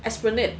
esplanade